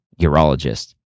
urologist